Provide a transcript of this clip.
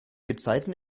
gezeiten